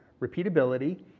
repeatability